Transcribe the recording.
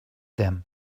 them